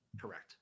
Correct